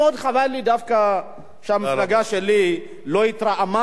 מאוד חבל לי דווקא שהמפלגה שלי לא התרעמה